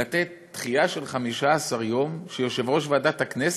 לתת דחייה של 15 יום, שיושב-ראש ועדת הכנסת,